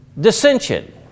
dissension